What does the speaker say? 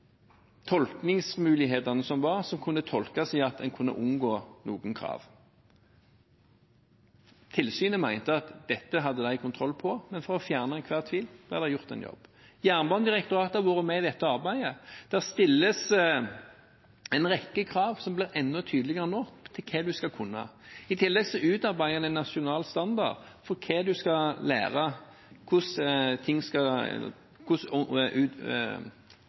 tolkningsmulighetene som var, som kunne tolkes slik at en kunne unngå noen krav. Tilsynet mente at dette hadde de kontroll på, men for å fjerne enhver tvil ble det gjort en jobb. Jernbanedirektoratet har vært med i dette arbeidet. Det stilles en rekke krav som blir enda tydeligere nå, til hva en skal kunne. I tillegg utarbeides en nasjonal standard for hva en skal lære, hvordan utdanningen skal